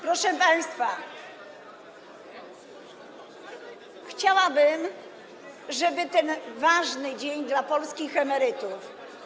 Proszę państwa, chciałabym, żeby ten ważny dzień dla polskich emerytów.